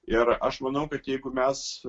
ir aš manau kad jeigu mes